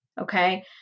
Okay